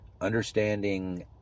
understanding